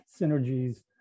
synergies